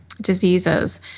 Diseases